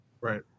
right